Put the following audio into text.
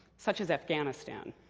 such as afghanistan.